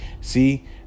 see